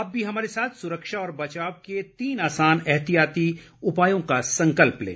आप भी हमारे साथ सुरक्षा और बचाव के तीन आसान एहतियाती उपायों का संकल्प लें